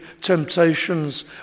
temptations